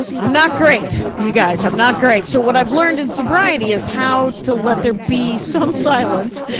i'm not great, you guys. i'm not great. so what i've learned in sobriety is how to let there be some silence,